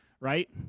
right